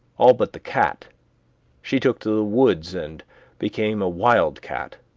all but the cat she took to the woods and became a wild cat,